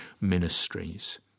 ministries